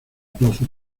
plaza